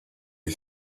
you